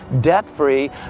debt-free